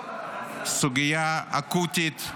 סוגיה אקוטית,